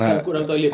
sangkut dalam toilet